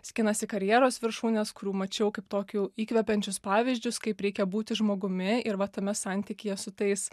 skinas į karjeros viršūnes kurių mačiau kaip tokių įkvepiančius pavyzdžius kaip reikia būti žmogumi ir va tame santykyje su tais